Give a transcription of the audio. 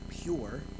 pure